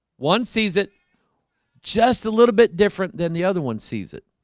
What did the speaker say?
one sees it just a little bit different than the other one sees it